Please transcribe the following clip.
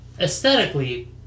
Aesthetically